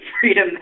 freedom